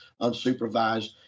unsupervised